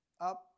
up